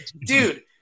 dude